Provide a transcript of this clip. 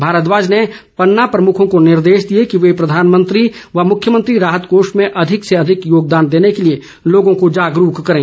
भारद्वाज ने पन्ना प्रमुखों को निर्देश दिए कि वे प्रधानमंत्री व मुख्यमंत्री राहत कोष में अधिक से अधिक योगदान देने के लिए लोगों को जागरूक करें